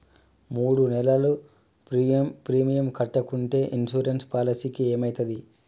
మూడు నెలలు ప్రీమియం కట్టకుంటే ఇన్సూరెన్స్ పాలసీకి ఏమైతది?